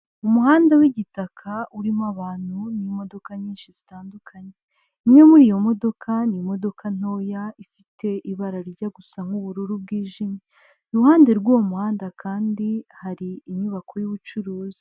Umuhanda w'igitaka urimo abantu n'imodoka nyinshi zitandukanye. Imwe muri iyo modoka ni imodoka ntoya, ifite ibara rijya gusa nk'ubururu bwijimye. Iruhande rw'uwo muhanda kandi hari inyubako y'ubucuruzi.